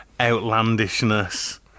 outlandishness